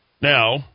Now